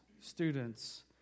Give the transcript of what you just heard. students